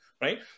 Right